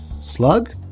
slug